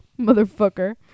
motherfucker